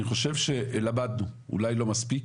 אני חושב שלמדנו, אולי לא מספיק,